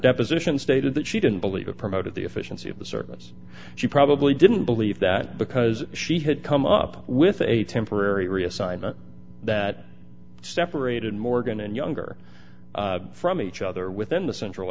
deposition stated that she didn't believe it promoted the efficiency of the service she probably didn't believe that because she had come up with a temporary reassignment that separated morgan and younger from each other within the central